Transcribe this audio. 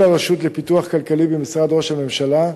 הרשות לפיתוח כלכלי במשרד ראש הממשלה,